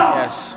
Yes